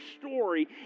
story